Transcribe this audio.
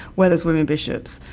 where there's women bishops,